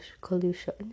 collusion